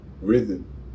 rhythm